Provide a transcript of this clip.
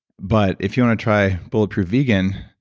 but if you want to try bulletproof vegan,